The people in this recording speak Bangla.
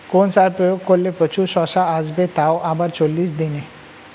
কোন সার প্রয়োগ করলে প্রচুর শশা আসবে তাও আবার চল্লিশ দিনে?